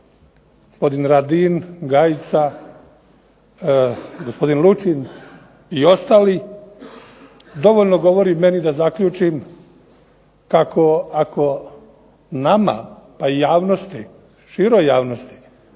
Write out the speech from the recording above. gospodin Radin, Gajica, gospodin Lučin i ostali, dovoljno govori meni da zaključim kako ako nama pa i javnosti, široj javnosti